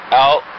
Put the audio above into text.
out